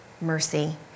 mercy